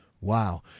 Wow